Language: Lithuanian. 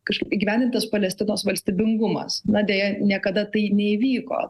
kažkaip įgyvendintas palestinos valstybingumas na deja niekada tai neįvyko